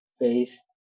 face